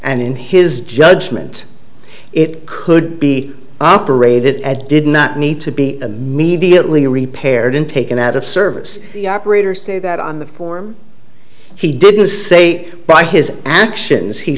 and in his judgment it could be operated at did not need to be immediately repaired and taken out of service the operators say that on the form he didn't say by his actions he